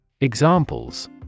Examples